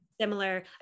similar